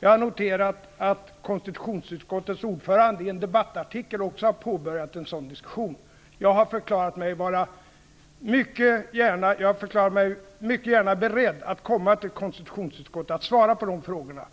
Jag har noterat att konstitutionsutskottets ordförande också i en debattartikel har påbörjat en sådan diskussion. Jag har förklarat att jag mycket gärna kommer till konstitutionsutskottet och svarar på de frågorna.